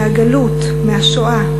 מהגלות, מהשואה.